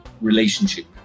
relationship